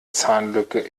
zahnlücke